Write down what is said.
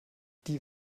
die